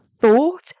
thought